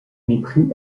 mépris